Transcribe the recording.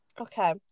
Okay